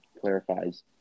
clarifies